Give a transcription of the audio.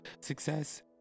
Success